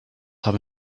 have